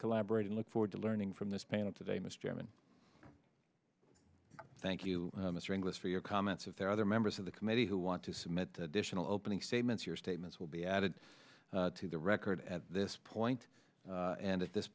collaborate and look forward to learning from this panel today mr chairman thank you mr inglis for your comments if there are other members of the committee who want to submit additional opening statements your statements will be added to the record at this point and at this